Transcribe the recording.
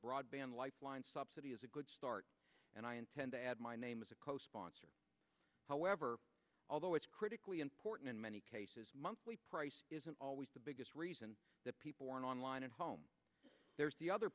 broadband lifeline subsidy is a good start and i intend to add my name as a co sponsor however although it's critically important in many cases monthly price isn't always the biggest reason that people or an online at home there's the other